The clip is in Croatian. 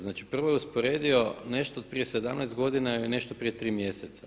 Znači, prvo je usporedio nešto od prije 17 godina i nešto prije 3 mjeseca.